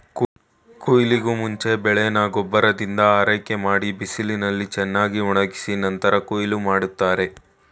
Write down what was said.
ಕುಯ್ಲಿಗೂಮುಂಚೆ ಬೆಳೆನ ಗೊಬ್ಬರದಿಂದ ಆರೈಕೆಮಾಡಿ ಬಿಸಿಲಿನಲ್ಲಿ ಚೆನ್ನಾಗ್ಒಣುಗ್ಸಿ ನಂತ್ರ ಕುಯ್ಲ್ ಮಾಡ್ತಾರೆ